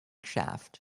shaft